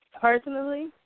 Personally